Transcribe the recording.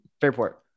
Fairport